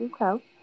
okay